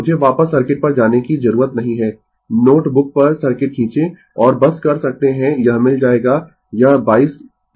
मुझे वापस सर्किट पर जाने की जरूरत नहीं है नोट बुक पर सर्किट खींचें और बस कर सकते है यह मिल जाएगा यह 223 Ω होगा